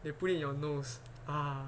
they put in your nose